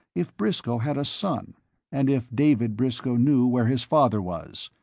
if briscoe had a son and if david briscoe knew where his father was.